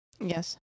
Yes